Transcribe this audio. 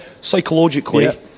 Psychologically